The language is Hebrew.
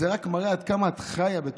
זה רק מראה עד כמה את חיה בתוכם.